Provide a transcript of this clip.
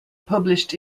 published